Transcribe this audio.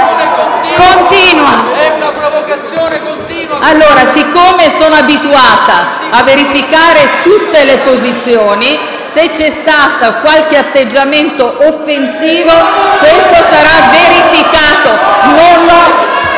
PRESIDENTE. Siccome sono abituata a verificare tutte le posizioni, se c'è stato qualche atteggiamento offensivo, questo sarà verificato.